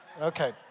Okay